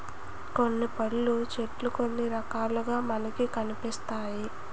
కొన్ని పళ్ళు చెట్లు కొన్ని రకాలుగా మనకి కనిపిస్తాయి